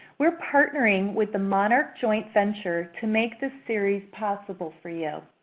we're partnering with the monarch joint venture to make this series possible for you.